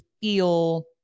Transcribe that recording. feel